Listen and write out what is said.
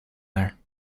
there